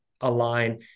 align